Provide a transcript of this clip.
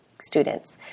students